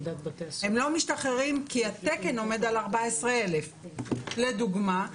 הם לא משתחררים כי התקן עומד על 14,000. לדוגמה,